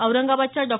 औरंगाबादच्या डॉ